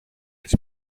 της